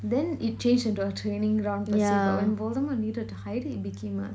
then it change to a training ground per se but when voldemort needed to hide it it became a